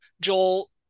Joel